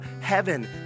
Heaven